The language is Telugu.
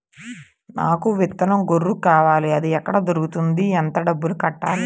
నాకు విత్తనం గొర్రు కావాలి? అది ఎక్కడ దొరుకుతుంది? ఎంత డబ్బులు కట్టాలి?